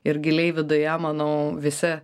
ir giliai viduje manau visi